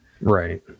Right